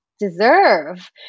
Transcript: deserve